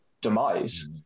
demise